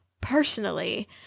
personally